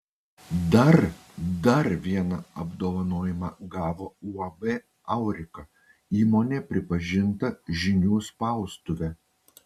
dar dar vieną apdovanojimą gavo uab aurika įmonė pripažinta žinių spaustuve